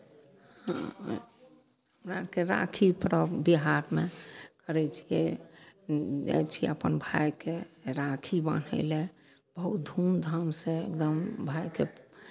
हमरा आरके राखी पर्व बिहारमे करै छियै जाइ छियै अपन भायकेँ राखी बान्है लए बहुत धूमधामसँ एकदम भायकेँ